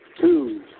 two